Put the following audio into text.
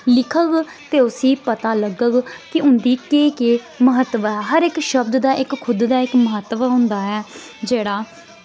लिखग ते उस्सी पता लगग के उंदी केह् केह् महत्वता ऐ हर इक शब्द दा इक खुध्द दा इक महत्व होंदा ऐ जेह्ड़ा